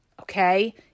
Okay